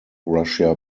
russia